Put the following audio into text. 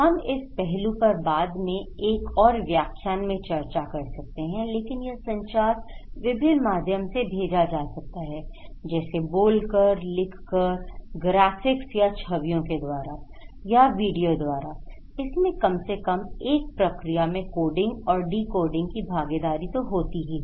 हम इस पहलू पर बाद में एक और व्याख्यान में चर्चा कर सकते हैं लेकिन यह संचार विभिन्न माध्यम से भेजा जा सकता है जैसे बोलकर लिख कर ग्राफिक्स या छवियों के द्वारा या वीडियो द्वारा इसमें कम से कम एक प्रक्रिया में कोडिंग और डिकोडिंग की भागीदारी तो होती ही है